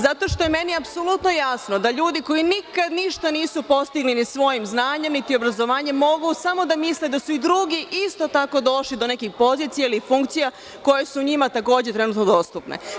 Zato što je meni apsolutno jasno da ljudi koji nikada ništa nisu postigli ni svojim znanjem, niti obrazovanjem mogu samo da misle da su i drugi isto tako došli do nekih pozicija ili funkcija koje su njima takođe trenutno dostupne.